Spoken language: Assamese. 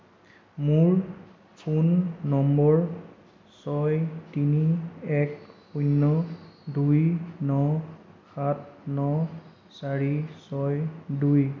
মোৰ ফোন নম্বৰ ছয় তিনি এক শূন্য দুই ন সাত ন চাৰি ছয় দুই